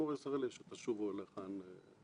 כפי שאמרתי, לא אכנס לתהליכים.